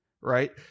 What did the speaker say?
right